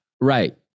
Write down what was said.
Right